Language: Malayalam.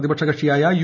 പ്രതിപക്ഷ കക്ഷിയായ യു